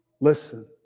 Listen